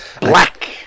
black